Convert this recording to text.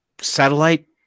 satellite